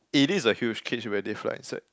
it is a huge cage where they fly inside